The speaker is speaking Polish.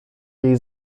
jej